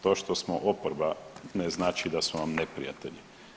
To što smo oporba ne znači da smo vam neprijatelji.